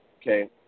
okay